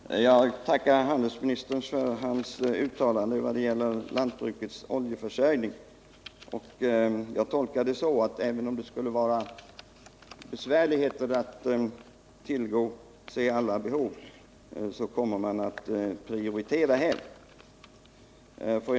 Herr talman! Jag tackar handelsministern för hans uttalande vad gäller lantbrukets oljeförsörjning. Jag tolkar det så att även om det skulle vara besvärligheter när det gäller att tillgodose alla behov, så kommer man att prioritera detta område.